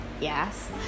Yes